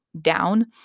down